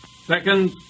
Second